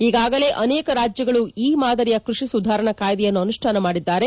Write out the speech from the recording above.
ಈಗಾಗಾಲೇ ಅನೇಕ ರಾಜ್ಯಗಳು ಈ ಮಾದರಿಯ ಕೃಷಿ ಸುಧಾರಣಾ ಕಾಯ್ದೆಯನ್ನು ಅನುಷ್ಠಾನ ಮಾಡಿದ್ದಾರೆ